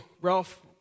Ralph